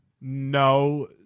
No